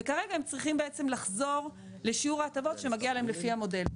וכרגע הם צריכים בעצם לחזור לשיעור ההטבות שמגיע להם לפי המודל.